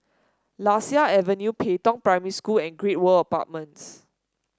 Lasia Avenue Pei Tong Primary School and Great World Apartments